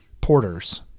porters